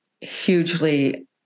hugely